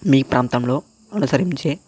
మీ ప్రాంతంలో అనుసరించే